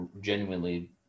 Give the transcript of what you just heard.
genuinely